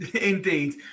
Indeed